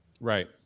Right